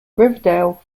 riverdale